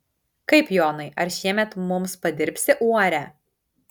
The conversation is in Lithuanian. kaip jonai ar šiemet mums padirbsi uorę